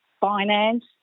finance